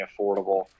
affordable